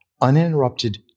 uninterrupted